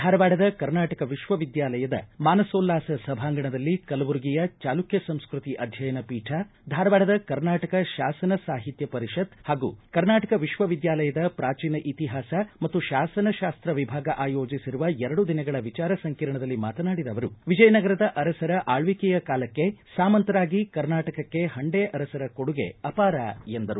ಧಾರವಾಡದ ಕರ್ನಾಟಕ ವಿಶ್ವವಿದ್ಯಾಲಯದ ಮಾನಸೋಲ್ವಾಸ ಸಭಾಂಗಣದಲ್ಲಿ ಕಲಬುರಗಿಯ ಚಾಲುಕ್ತ ಸಂಸ್ಟತಿ ಅಧ್ಯಯನ ಪೀಠ ಧಾರವಾಡದ ಕರ್ನಾಟಕ ಶಾಸನ ಸಾಹಿತ್ಯ ಪರಿಷತ್ ಹಾಗೂ ಕರ್ನಾಟಕ ವಿಶ್ವವಿದ್ಯಾಲಯದ ಪ್ರಾಚೀನ ಇತಿಹಾಸ ಮತ್ತು ಶಾಸನಶಾಸ್ತ ವಿಭಾಗ ಆಯೋಜಿಸಿರುವ ಎರಡು ದಿನಗಳ ವಿಚಾರ ಸಂಕಿರಣದಲ್ಲಿ ಮಾತನಾಡಿದ ಅವರು ವಿಜಯನಗರದ ಅರಸರ ಆಲ್ಲಕೆಯ ಕಾಲಕ್ಷೆ ಸಾಮಂತರಾಗಿ ಕರ್ನಾಟಕಕ್ಕೆ ಹಂಡೆ ಅರಸರ ಕೊಡುಗೆ ಅಪಾರ ಎಂದರು